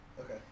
Okay